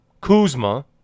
Kuzma